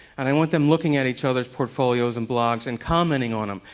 and i want them looking at each others portfolios and blogs and commenting on them.